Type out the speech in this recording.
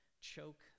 choke